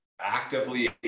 actively